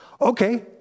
Okay